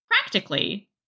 Practically